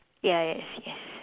ya yes yes